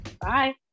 bye